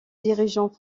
dirigeant